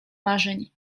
marzeń